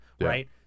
Right